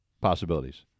possibilities